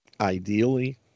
ideally